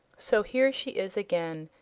so here she is again,